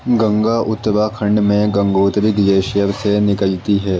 گنگا اتراکھنڈ میں گنگوتری گلیشیئر سے نکلتی ہے